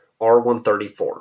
R134